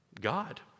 God